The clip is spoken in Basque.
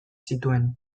zituen